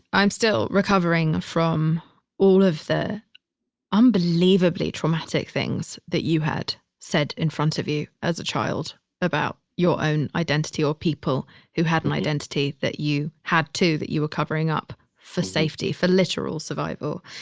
i'm still recovering from all of the unbelievably traumatic things that you had said in front of you as a child about your own identity or people who had an identity that you had too, that you were covering up for safety, for literal survival.